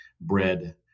bread